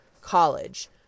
college